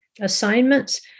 assignments